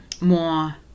more